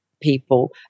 people